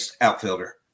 outfielder